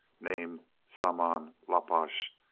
named saman-lalposh,